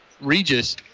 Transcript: Regis